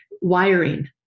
wiring